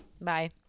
Bye